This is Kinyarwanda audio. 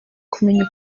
kumenya